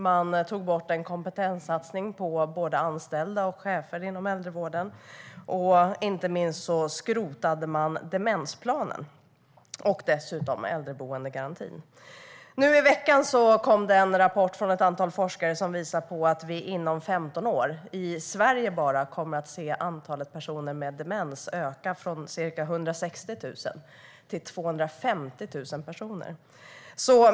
Man tog bort en kompetenssatsning på både anställda och chefer inom äldrevården, och inte minst skrotade man demensplanen och dessutom äldreboendegarantin. Nu i veckan kom det en rapport från ett antal forskare som visar att vi inom 15 år bara i Sverige kommer att se att antalet personer med demens ökar från ca 160 000 till 250 000 personer.